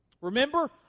Remember